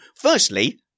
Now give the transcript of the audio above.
firstly